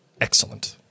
excellent